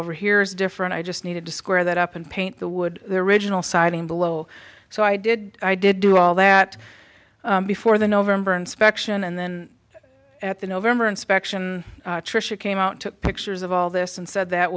over here is different i just needed to square that up and paint the wood there original siding below so i did i did do all that before the november inspection and then at the november inspection trisha came out took pictures of all this and said that